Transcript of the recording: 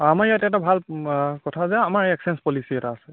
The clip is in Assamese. আমাৰ ইয়াত এটা ভাল কথা যে আমাৰ এক্সেঞ্জ পলিচি এটা আছে